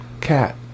cat